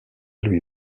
lui